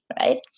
right